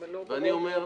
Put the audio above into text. ואני אומר,